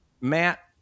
matt